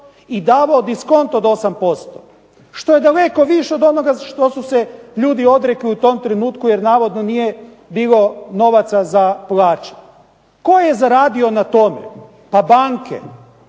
i davao diskont od 8%, što je daleko više od onoga što su se ljudi odrekli u tom trenutku jer navodno nije bilo novaca za plaće. Tko je zaradio na tome? Pa banke.